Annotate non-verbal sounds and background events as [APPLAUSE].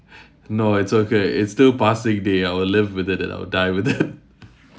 [BREATH] no it's okay it's still passing day I will live with it then I will die with it [LAUGHS]